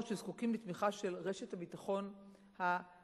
שזקוקים לתמיכה של רשת הביטחון האחרונה,